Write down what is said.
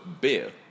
beer